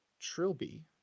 Trilby